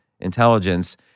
intelligence